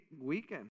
weekend